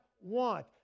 want